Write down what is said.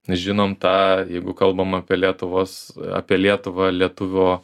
žinom tą jeigu kalbam apie lietuvos apie lietuvą lietuvio